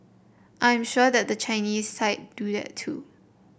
I am sure that the Chinese side do that too